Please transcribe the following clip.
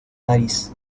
nariz